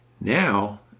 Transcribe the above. Now